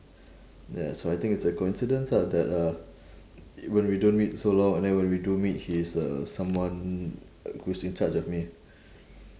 ya so I think it's a coincidence ah that uh when we don't meet so long and then when we do meet he's uh someone who's in charge of me